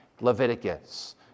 Leviticus